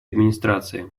администрации